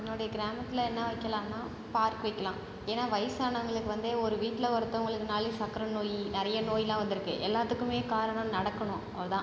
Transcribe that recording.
என்னுடைய கிராமத்தில் என்ன வைக்கலாம்னா பார்க் வைக்கலாம் ஏனால் வயசானவங்களுக்கு வந்து ஒரு வீட்டில் ஒருந்தங்களுக்குனாலே சர்க்கரை நோய் நிறைய நோய்லாம் வந்துருக்கு எல்லாத்துக்குமே காரணம் நடக்கணும் அதுதான்